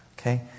Okay